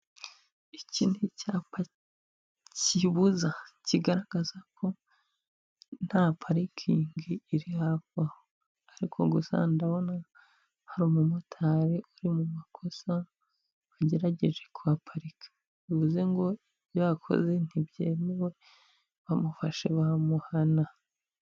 Iki ni icyapa kibuza, kigaragaza ko nta parikingi iri hafi aho. Ariko gusa ndabona hari umumotari uri mumakosa wagerageje kuhaparika. Bivuze ngo ibyo yakoze ntibyemewe bamufashe bamuhana.